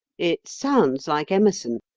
it sounds like emerson,